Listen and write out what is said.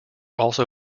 also